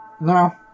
No